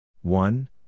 One